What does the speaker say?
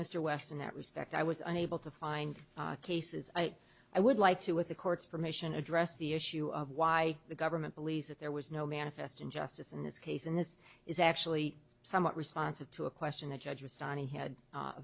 mr west in that respect i was unable to find cases i i would like to with the court's permission address the issue of why the government believes that there was no manifest injustice in this case and this is actually somewhat responsive to a question the judge was johnny had